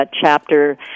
chapter